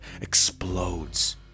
explodes